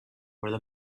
where